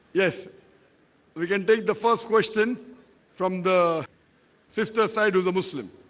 yes we can take the first question from the sister side of the muslim